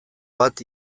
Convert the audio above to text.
bat